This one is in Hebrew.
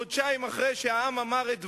חודשיים אחרי שהעם אמר את דברו,